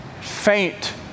faint